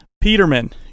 Peterman